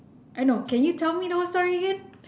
I know can you tell me the whole story again